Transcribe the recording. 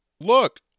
Look